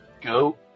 go